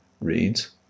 reads